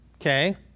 okay